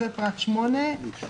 אחרי פרט 7 בא:"